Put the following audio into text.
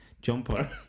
jumper